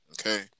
Okay